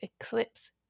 eclipse